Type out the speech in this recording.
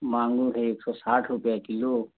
मागूर है एक सौ साठ रुपये किलो